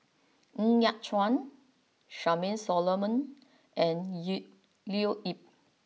Ng Yat Chuan Charmaine Solomon and Leo Yip